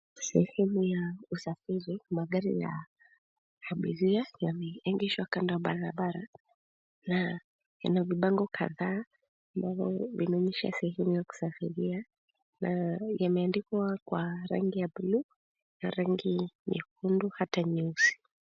Sehemu ya usafiri, magari ya abiria yameegeshwa kando ya barabara na ina vibango kadhaa ambavyo vinaonyesha sehemu ya kusafiria na yameandikwa kwa rangi ya bluu na rangi nyekundu hata nyeusi.